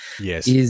Yes